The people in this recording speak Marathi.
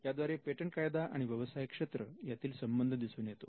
याद्वारे पेटंट कायदा आणि व्यवसाय क्षेत्र यातील संबंध दिसून येतो